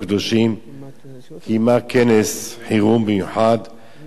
קיימה כנס חירום מיוחד וקבעה שעל הממשלה